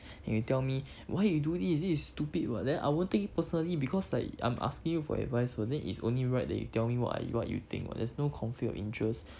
and you tell me why you do this this is stupid [what] then I won't take it personally because like I'm asking for advice [what] then it's only right that you tell me what you what you think [what] there's no conflict of interest